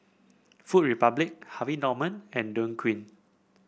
Food Republic Harvey Norman and Dequadin